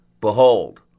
Behold